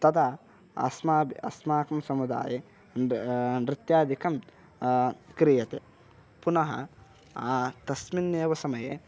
तदा अस्माभिः अस्माकं समुदाये नृ नृत्यादिकं क्रियते पुनः तस्मिन् एव समये